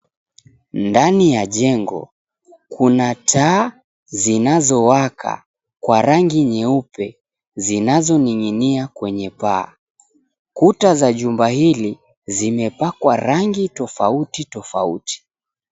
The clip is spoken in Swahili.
Ndani ya jengo, kuna taa zizazowaka kwa rangi nyeupe zinazoning'inia kwenye paa. Kuta za jumba hili zimepakwa rangi tofauti tofauti.